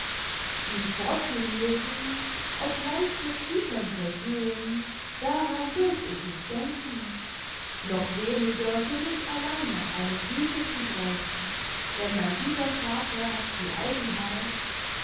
ihm vorzulesen obgleich mit büchern versehen daran durft ich nicht denken noch weniger für mich allein nach einem buche zu greifen denn mein guter vater hat die eigenheit